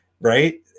right